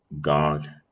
God